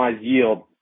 yield